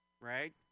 Right